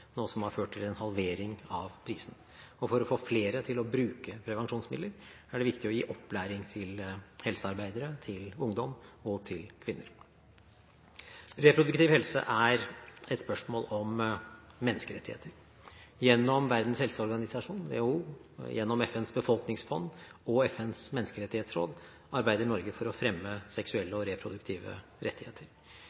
noe som har ført til en halvering av prisene. Og for å få flere til å bruke prevensjonsmidler er det viktig å gi opplæring til helsearbeidere, til ungdom og til kvinner. Reproduktiv helse er et spørsmål om menneskerettigheter. Gjennom Verdens helseorganisasjon, WHO, og gjennom FNs befolkningsfond og FNs menneskerettighetsråd arbeider Norge for å fremme